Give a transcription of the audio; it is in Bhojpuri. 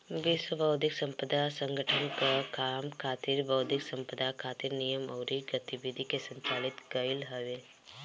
विश्व बौद्धिक संपदा संगठन कअ काम बौद्धिक संपदा खातिर नियम अउरी गतिविधि के संचालित कईल हवे